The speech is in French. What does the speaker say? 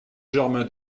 germain